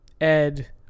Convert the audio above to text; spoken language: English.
ed